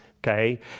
Okay